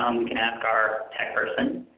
um we can ask our tech person.